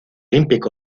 equipo